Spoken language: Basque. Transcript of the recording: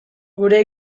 gure